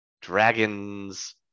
dragons